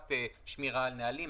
חובת שמירה על נהלים,